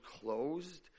closed